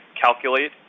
calculate